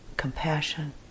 compassion